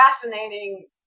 fascinating